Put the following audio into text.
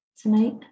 tonight